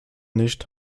nicht